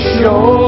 show